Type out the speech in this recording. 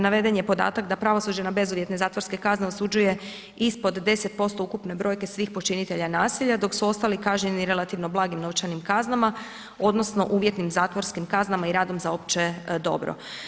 Naveden je podatak da pravosuđe na bezuvjetne zatvorske kazne osuđuje ispod 10% ukupne brojke svih počinitelja nasilja, dok su ostali kažnjeni relativno blagim novčanim kaznama odnosno uvjetnim zatvorskim kaznama i radom za opće dobro.